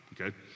Okay